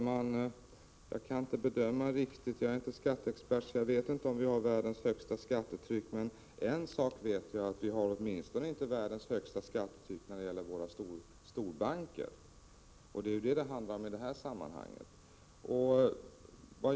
Herr talman! Jag är inte skatteexpert, så jag kan inte bedöma om vi i Sverige har världens högsta skattetryck, men jag vet att vi åtminstone inte har världens högsta skattetryck när det gäller storbankerna. Det är vad det handlar om i detta sammanhang.